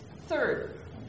Third